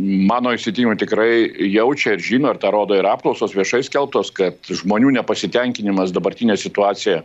mano įsitikinimu tikrai jaučia ir žino ir tą rodo ir apklausos viešai skelbtos kad žmonių nepasitenkinimas dabartine situacija